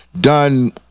done